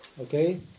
okay